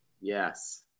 Yes